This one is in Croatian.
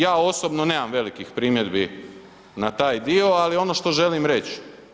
Ja osobno nemam velikih primjedbi na taj dio, ali ono što želim reći.